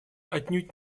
отнюдь